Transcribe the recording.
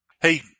Hey